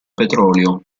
petrolio